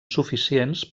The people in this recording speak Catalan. suficients